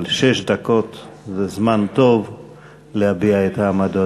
אבל שש דקות זה זמן טוב להביע את העמדות.